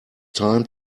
time